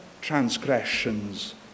transgressions